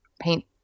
paint